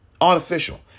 artificial